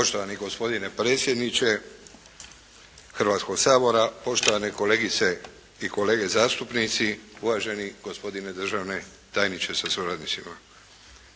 Poštovani gospodine predsjedniče Hrvatskoga sabora, poštovane kolegice i kolege zastupnici, uvaženi gospodine državni tajniče sa suradnicima.